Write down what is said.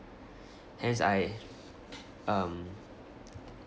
hence I um